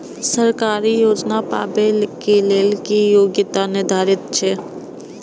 सरकारी योजना पाबे के लेल कि योग्यता निर्धारित छै?